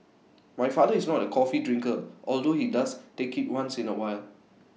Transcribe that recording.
my father is not A coffee drinker although he does take IT once in A while